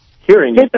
hearing